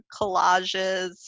collages